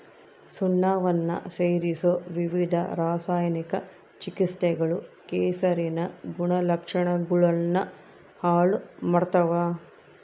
ಸುಣ್ಣವನ್ನ ಸೇರಿಸೊ ವಿವಿಧ ರಾಸಾಯನಿಕ ಚಿಕಿತ್ಸೆಗಳು ಕೆಸರಿನ ಗುಣಲಕ್ಷಣಗುಳ್ನ ಹಾಳು ಮಾಡ್ತವ